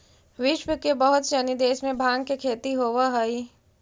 विश्व के बहुत सनी देश में भाँग के खेती होवऽ हइ